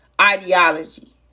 ideology